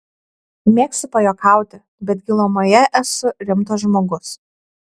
mėgstu pajuokauti bet gilumoje esu rimtas žmogus